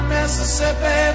Mississippi